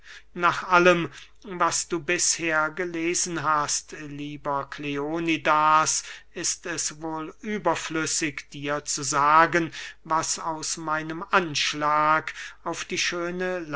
nach allem was du bisher gelesen hast lieber kleonidas ist es wohl überflüssig dir zu sagen was aus meinem anschlag auf die schöne